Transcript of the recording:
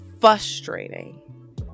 frustrating